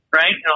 right